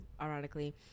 ironically